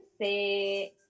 say